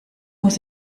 muss